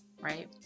right